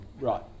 Right